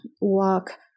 walk